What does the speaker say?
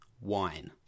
wine